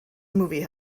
movie